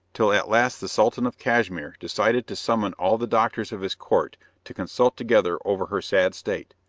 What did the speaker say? till at last the sultan of cashmere decided to summon all the doctors of his court to consult together over her sad state.